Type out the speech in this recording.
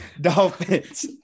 Dolphins